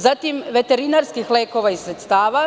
Zatim veterinarskih lekova i sredstava,